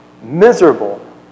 Miserable